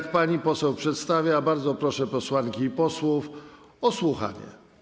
Gdy pani poseł przedstawia, ja bardzo proszę posłanki i posłów o słuchanie.